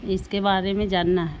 اس کے بارے میں جاننا ہے